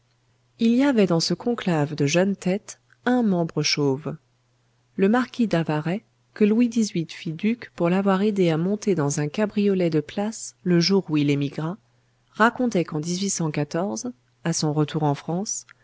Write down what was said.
il y avait dans ce conclave de jeunes têtes un membre chauve le marquis d'avaray que louis xviii fit duc pour l'avoir aidé à monter dans un cabriolet de place le jour où il émigra racontait qu'en à son retour en france